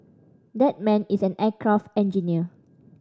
that man is an aircraft engineer